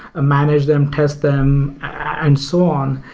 ah manage them, test them and so on.